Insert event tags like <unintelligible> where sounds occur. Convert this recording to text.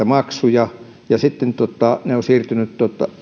<unintelligible> maksuja ja sitten ne ovat siirtyneet